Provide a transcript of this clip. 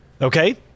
Okay